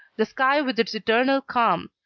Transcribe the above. the sky with its eternal calm,